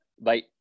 Bye